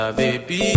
baby